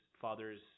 father's